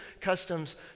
customs